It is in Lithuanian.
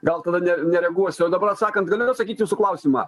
gal tada ne nereaguosiu o dabar atsakant galiu atsakyt jūsų klausimą